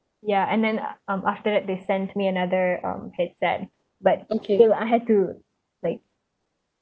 ya and then um after that they send me another um headset but still I had to like